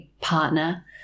partner